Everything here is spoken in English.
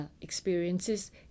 experiences